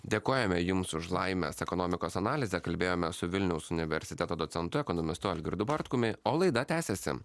dėkojame jums už laimės ekonomikos analizę kalbėjome su vilniaus universiteto docentu ekonomistu algirdu bartkumi o laida tęsiasi